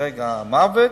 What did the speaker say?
כרגע המוות,